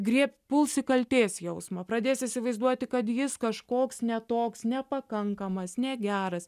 griebt puls į kaltės jausmo pradės įsivaizduoti kad jis kažkoks ne toks nepakankamas negeras